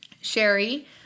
Sherry